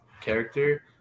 character